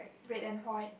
red and white